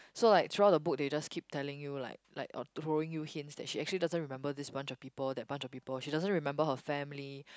so like throughout the book they just keep telling you like like or throwing you hints that she actually doesn't remember this bunch of people that bunch of people she doesn't remember her family